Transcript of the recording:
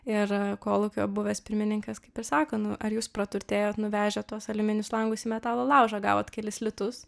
ir kolūkio buvęs pirmininkas kaip ir sako ar jūs praturtėjot nuvežę tuos aliuminis langus į metalo laužą gavot kelis litus